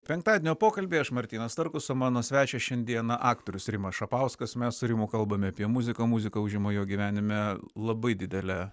penktadienio pokalby aš martynas starkus o mano svečias šiandieną aktorius rimas šapauskas mes su rimu kalbame apie muziką muziką užima jo gyvenime labai didelę